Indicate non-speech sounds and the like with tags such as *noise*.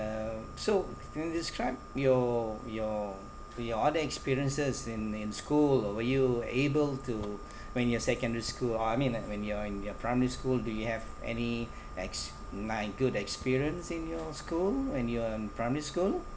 uh so can you describe your your your other experiences in in school were you able to *breath* when you're secondary school uh I mean when you're in your primary school do you have any likes not good experience in your school when you're in primary school